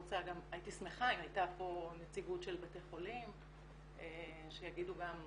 הייתי שמחה אם הייתה פה נציגות של בתי חולים שיגידו גם,